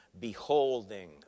beholding